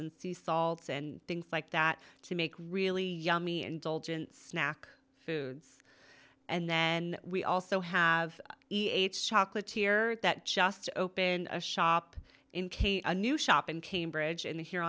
and sea salts and things like that to make really yummy indulgent snack foods and then we also have a chocolate here that just opened a shop in came a new shop in cambridge and here